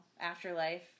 afterlife